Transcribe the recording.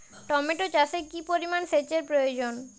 Tomato চাষে কি পরিমান সেচের প্রয়োজন?